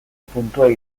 puntua